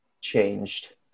changed